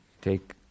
take